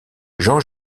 jean